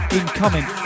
incoming